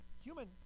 human